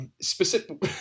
specific